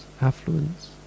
affluence